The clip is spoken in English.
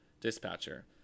Dispatcher